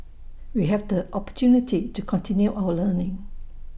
we have the opportunity to continue our learning